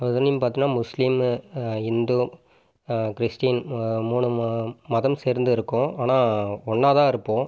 அதுலேயும் பார்த்தீங்கன்னா Muslim Hindu Christian மூணு ம மதம் சேர்ந்து இருக்கோம் ஆனால் ஒன்றாதான் இருப்போம்